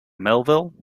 melville